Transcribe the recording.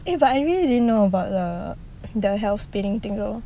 eh I really didn't know about the health spinning thing tho